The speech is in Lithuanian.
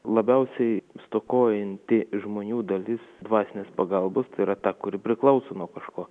labiausiai stokojanti žmonių dalis dvasinės pagalbos yra ta kuri priklauso nuo kažko